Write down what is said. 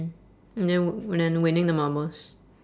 mm and then and then winning the marbles